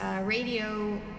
radio